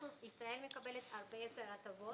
ישראל מקבת הרבה יותר הטבות.